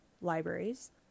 libraries